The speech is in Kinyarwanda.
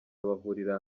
bahurira